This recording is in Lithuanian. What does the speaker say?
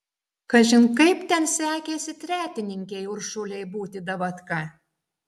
kažin kaip ten sekėsi tretininkei uršulei būti davatka